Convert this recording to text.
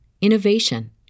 innovation